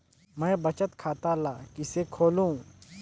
मैं बचत खाता ल किसे खोलूं?